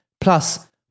Plus